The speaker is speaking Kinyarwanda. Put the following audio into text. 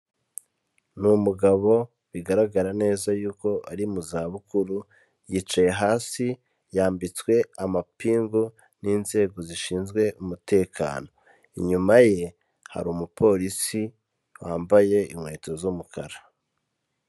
Ni umugabo bigaragara neza yuko ari mu za bukuru, yicaye hasi yambitswe amapingu n'inzego zishinzwe umutekano, inyuma ye hari umupolisi wambaye inkweto z'umukara.